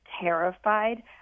terrified